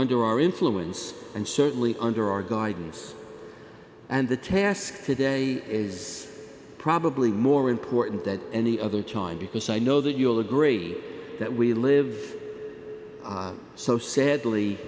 under our influence and certainly under our guidance and the task today is probably more important than any other child because i know that you will agree that we live so sadly